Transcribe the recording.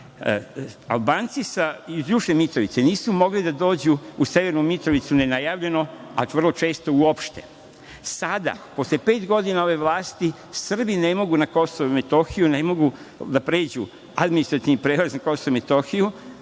Albanci iz južne Mitrovice nisu mogli da dođu u severnu Mitrovicu nenajavljeno, a vrlo često uopšte. Sada, posle pet godina ove vlasti, Srbi ne mogu na Kosovo i Metohiju, ne mogu da pređu administrativni prelaz na KiM